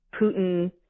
Putin